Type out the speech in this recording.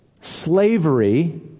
slavery